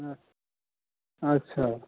अच्छा